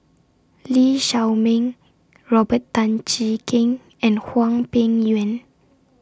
Lee Shao Meng Robert Tan Jee Keng and Hwang Peng Yuan